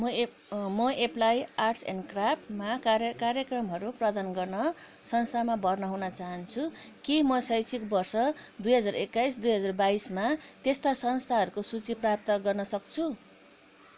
म एप म एप्लाइड आर्ट्स एन्ड क्राफ्ट्समा कार्य कार्यक्रमहरू प्रदान गर्ने संस्थानमा भर्ना हुन चाहन्छु के म शैक्षिक वर्ष दुई हजार एक्काइस दुई हजार बाइसमा त्यस्ता संस्थानहरूको सूची प्राप्त गर्न सक्छु